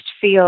feel